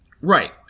Right